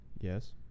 yes